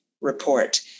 report